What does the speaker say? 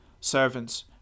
Servants